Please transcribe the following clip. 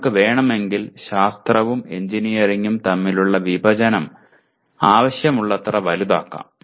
നിങ്ങൾക്ക് വേണമെങ്കിൽ ശാസ്ത്രവും എഞ്ചിനീയറിംഗും തമ്മിലുള്ള വിഭജനം നിങ്ങൾക്ക് ആവശ്യമുള്ളത്ര വലുതാക്കാം